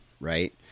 right